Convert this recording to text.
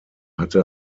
hatte